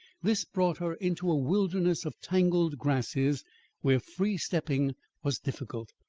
this brought her into a wilderness of tangled grasses where free stepping was difficult.